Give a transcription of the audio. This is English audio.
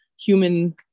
human